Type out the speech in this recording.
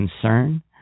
concern